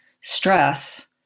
stress